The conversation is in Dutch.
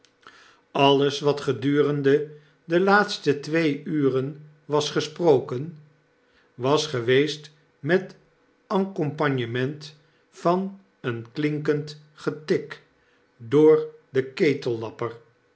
alles wat gedurendede laatste twee uren was gesproken was geweest met accompagnement van een klinkend getik door den